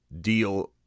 deal